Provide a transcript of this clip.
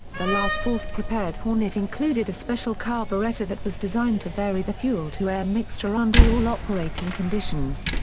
the laforce prepared hornet included a special carburetor that was designed to vary the fuel to air mixture under all operating conditions.